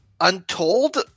untold